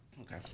Okay